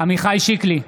עמיחי שיקלי,